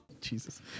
Jesus